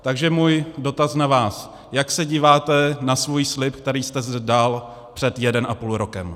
Takže můj dotaz na vás: jak se díváte na svůj slib, který jste dal před jeden a půl rokem?